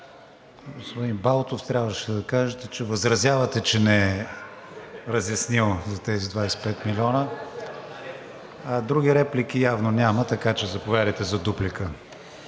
Господин Балтов, трябваше да кажете, че възразявате, че не е разяснил за тези 25 милиона. Други реплики явно няма. Заповядайте за дуплика.